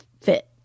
fit